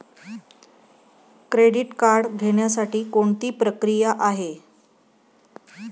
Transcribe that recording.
Credit card घेण्यासाठी कोणती प्रक्रिया आहे?